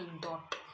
dot